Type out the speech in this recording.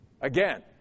again